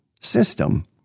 system